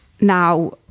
Now